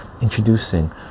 introducing